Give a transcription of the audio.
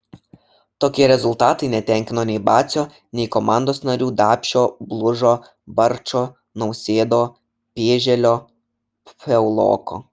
tokie rezultatai netenkino nei bacio nei komandos narių dapšio blužo barčo nausėdo pėželio piauloko